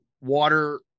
water